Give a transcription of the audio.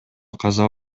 каза